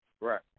Right